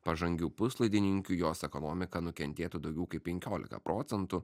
pažangių puslaidininkių jos ekonomika nukentėtų daugiau kaip penkiolika procentų